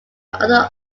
other